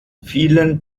vielen